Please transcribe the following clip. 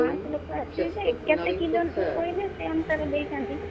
ପାଞ୍ଚଶହ ଲୋକ ଆସିବେ ଯେ କେତେ କିଲୋ ନେବେ କହିଲେ ସେଇ ଅନୁସାରେ ଦେଇଥାନ୍ତି